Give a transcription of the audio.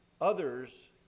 others